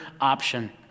option